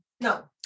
No